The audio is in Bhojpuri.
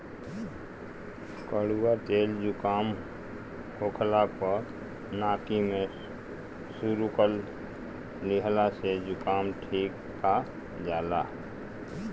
कड़ुआ तेल जुकाम होखला पअ नाकी में सुरुक लिहला से जुकाम ठिका जाला